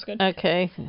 Okay